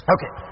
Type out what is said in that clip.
Okay